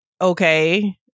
Okay